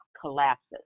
collapses